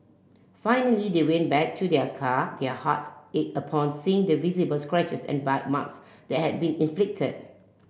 finally they went back to their car their hearts in upon seeing the visible scratches and bite marks that had been inflicted